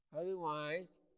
Otherwise